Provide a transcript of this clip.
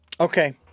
Okay